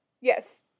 Yes